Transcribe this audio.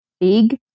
big